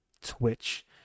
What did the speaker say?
Twitch